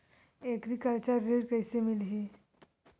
Agriculture ऋण कइसे मिलही?